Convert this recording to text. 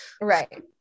Right